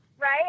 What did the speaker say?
right